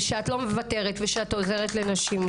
ושאת לא מוותרת ושאת עוזרת לנשים.